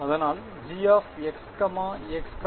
அதனால் G x x′